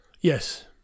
Yes